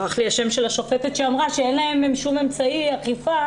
ברח לי השם של השופטת שאמרה שאין להם שום אמצעי אכיפה